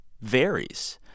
varies